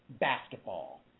basketball